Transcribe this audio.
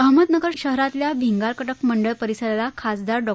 अहमदनगर शहरातल्या भिंगार कटक मंडळ परिसरला खासदार डॉ